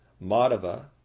Madhava